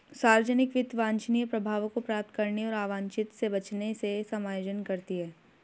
सार्वजनिक वित्त वांछनीय प्रभावों को प्राप्त करने और अवांछित से बचने से समायोजन करती है